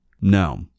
No